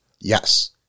Yes